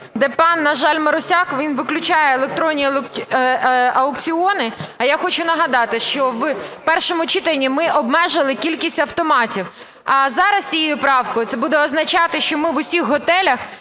де, на жаль, пан Марусяк, він виключає електронні аукціони. А я хочу нагадати, що в першому читанні ми обмежили кількість автоматів. А зараз з цією правкою це буде означати, що в усіх готелях